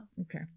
Okay